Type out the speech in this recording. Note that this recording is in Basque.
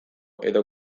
edo